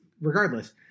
regardless